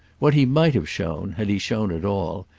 what he might have shown, had he shown at all,